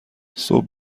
صبح